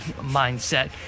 mindset